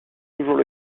toujours